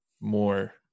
more